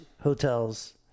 hotels